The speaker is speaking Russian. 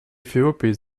эфиопии